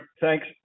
thanks